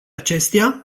acestea